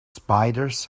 spiders